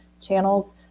channels